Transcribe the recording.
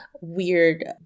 weird